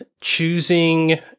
choosing